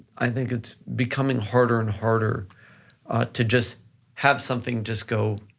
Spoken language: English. i think it's becoming harder and harder to just have something just go,